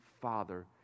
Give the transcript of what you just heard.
Father